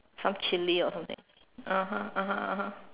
some chili or something (uh huh) (uh huh) (uh huh)